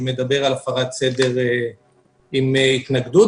שמדבר על הפרת סדר עם התנגדות.